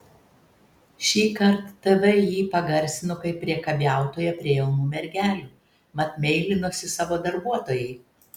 šįkart tv jį pagarsino kaip priekabiautoją prie jaunų mergelių mat meilinosi savo darbuotojai